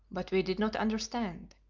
but we did not understand.